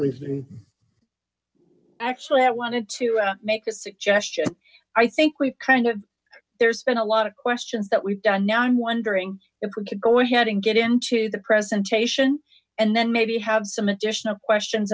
been actually i wanted to make a suggestion i think we've kind of there's been a lot of questions that we've done now i'm wondering if we could go ahead and get into the presentation and then maybe have some additional questions